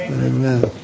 Amen